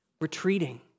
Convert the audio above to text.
retreating